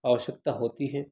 आवश्कता होती है